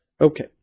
Okay